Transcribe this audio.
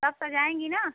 सब सजाएँगी ना